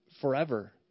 forever